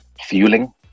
fueling